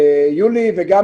יולי אדלשטיין,